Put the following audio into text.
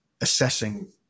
assessing